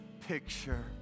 picture